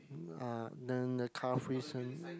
ah then the car free sun